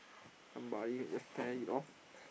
somebody just tear it off